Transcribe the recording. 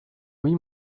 oui